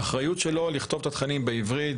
האחריות היא שלו לכתוב את התכנים בעברית,